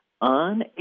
on